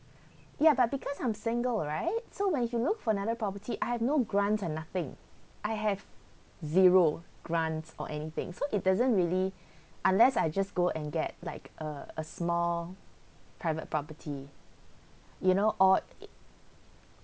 ya but because I'm single right so when you look for another property I have no grant or nothing I have zero grants or anything so it doesn't really unless I just go and get like a a small private property you know or